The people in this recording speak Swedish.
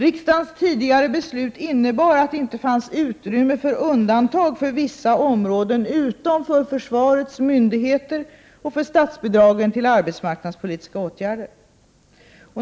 Riksdagens tidigare beslut innebar att det inte fanns utrymme för undantag för vissa områden utom för försvarets myndigheter och för statsbidragen till arbetsmarknadspolitiska åtgärder.